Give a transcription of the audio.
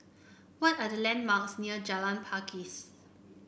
what are the landmarks near Jalan Pakis